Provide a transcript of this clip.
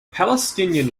palestinian